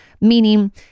Meaning